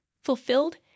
fulfilled